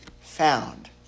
found